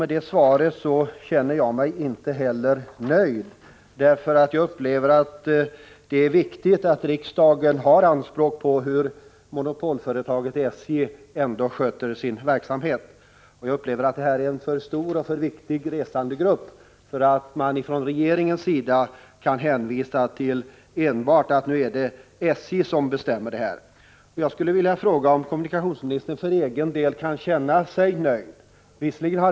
Med det svaret känner jag mig inte nöjd, därför att jag anser att det är viktigt att riksdagen har anspråk på hur monopolföretaget SJ sköter sin verksamhet. Jag upplever att de studerande är en för stor och för viktig resandegrupp för att regeringen skall kunna hänvisa enbart till att nu är det SJ som bestämmer över rabatterna. Jag skulle vilja fråga om kommunikationsministern för egen del kan känna sig nöjd.